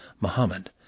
Muhammad